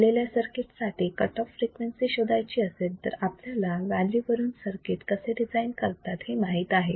दिलेल्या सर्किट साठी cut off frequency शोधायची असेल तर आपल्याला व्हॅल्यू वरून सर्किट कसे डिझाईन करतात हे माहित आहे